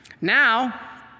now